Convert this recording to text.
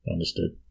Understood